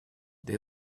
they